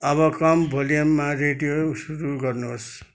अब कम भोल्युममा रेडियो सुरु गर्नुहोस्